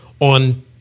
On